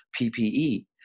PPE